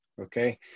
okay